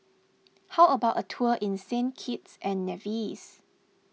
how about a tour in Saint Kitts and Nevis